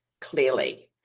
clearly